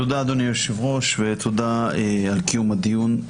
תודה, אדוני היושב-ראש, ותודה על קיום הדיון.